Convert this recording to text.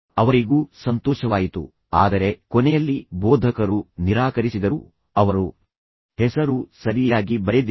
ಅವರಿಗೂ ಸಂತೋಷವಾಯಿತು ಆದರೆ ಕೊನೆಯಲ್ಲಿ ಬೋಧಕರು ನಿರಾಕರಿಸಿದರು ಅವರು ಹೆಸರು ಸರಿಯಾಗಿ ಬರೆದಿದ್ದರು